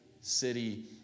city